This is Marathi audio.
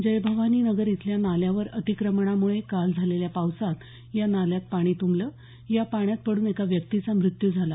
जय भवानी नगर इथल्या नाल्यावर अतिक्रमणामुळे काल झालेल्या पावसात या नाल्यात पाणी तुंबलं या पाण्यात पडून एका व्यक्तीचा मृत्यू झाला